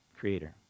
creator